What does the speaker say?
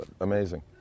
amazing